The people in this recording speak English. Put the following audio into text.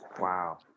Wow